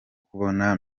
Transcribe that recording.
kubona